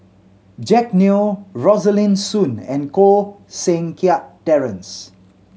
Jack Neo Rosaline Soon and Koh Seng Kiat Terence